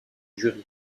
jury